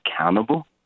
accountable